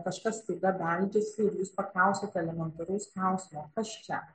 kažkas staiga beldžiasi ir jūs paklausiate elementaraus klausimo kas čia